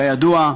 כידוע,